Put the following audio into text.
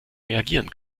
reagieren